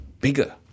bigger